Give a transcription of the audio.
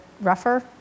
rougher